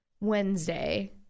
Wednesday